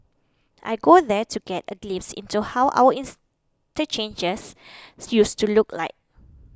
I go there to get a glimpse into how our used to look like